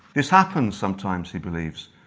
this happens sometimes he believes.